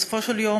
בסופו של דבר,